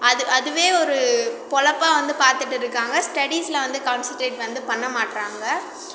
அது அதுவே ஒரு பொழப்பாக வந்து பார்த்துட்டு இருக்காங்க ஸ்டடீஸில் வந்து கான்சன்ட்ரேட் வந்து பண்ண மாட்டுறாங்க